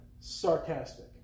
Sarcastic